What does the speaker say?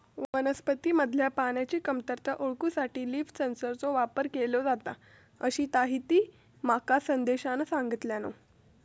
वनस्पतींमधल्या पाण्याची कमतरता ओळखूसाठी लीफ सेन्सरचो वापर केलो जाता, अशीताहिती माका संदेशान सांगल्यान